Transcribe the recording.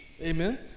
Amen